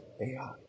AI